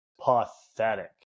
pathetic